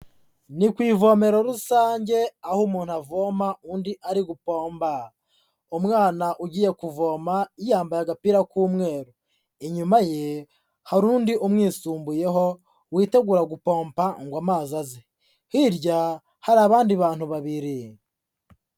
Ni ku ivomero rusange aho umuntu avoma undi ari gupomba, umwana ugiye kuvoma yambaye agapira k'umweru, inyuma ye hari undi umwisumbuyeho witegura gupompa ngo amazi aze, hirya hari abandi bantu babiri.